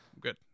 Good